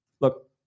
look